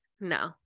No